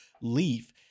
Leave